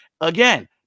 Again